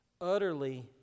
utterly